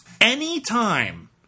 anytime